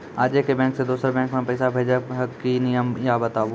आजे के बैंक से दोसर बैंक मे पैसा भेज ब की नियम या बताबू?